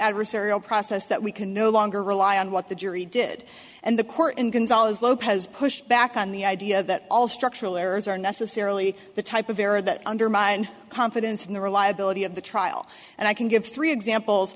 adversarial process that we can no longer rely on what the jury did and the court in gonzalez lopez pushed back on the idea that all structural errors are necessarily the type of error that undermined confidence in the reliability of the trial and i can give three examples